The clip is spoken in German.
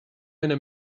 einer